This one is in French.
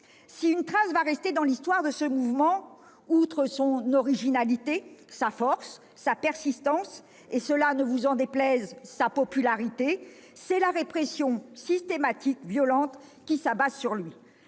si une trace doit rester dans l'histoire de ce mouvement, outre son originalité, sa force, sa persistance et, ne vous en déplaise, sa popularité, c'est la répression systématique et violente qui s'abat sur lui.